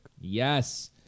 Yes